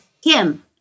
Kim